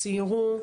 סיירו,